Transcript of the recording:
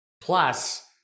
plus